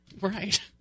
Right